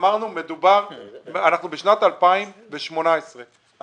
שאנחנו בשנת 2018,